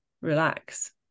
relax